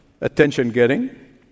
attention-getting